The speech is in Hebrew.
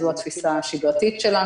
זו התפיסה השגרתית שלנו.